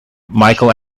michael